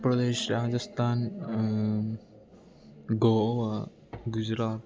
Uttar Pradesh Rajasthan Goa Gujarat